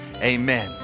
amen